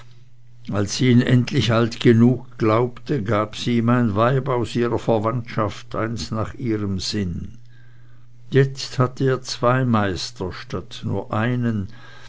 als sie ihn endlich alt genug glaubte gab sie ihm ein weib aus ihrer verwandtschaft eins nach ihrem sinn jetzt hatte er zwei meister statt nur einen